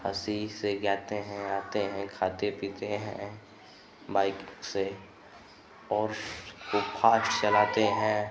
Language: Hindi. हँसी से जाते हैं आते हैं खाते पीते हैं बाइक़ से और खूब फ़ास्ट चलाते हैं